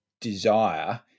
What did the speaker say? Desire